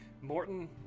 Morton